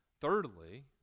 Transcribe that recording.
Thirdly